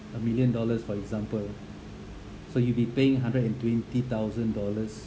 a million dollars for example so you'll be paying a hundred and twenty thousand dollars